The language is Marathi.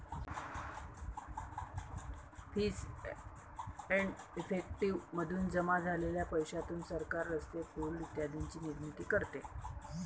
फीस एंड इफेक्टिव मधून जमा झालेल्या पैशातून सरकार रस्ते, पूल इत्यादींची निर्मिती करते